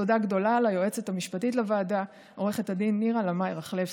תודה גדולה ליועצת המשפטית לוועדה עו"ד נירה לאמעי רכלבסקי.